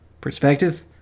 perspective